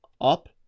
up